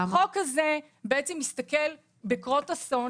חוק כזה בעצם אומר שבקרות אסון